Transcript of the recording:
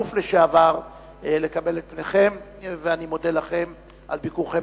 ניצן הורוביץ ויואל חסון,